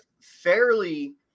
fairly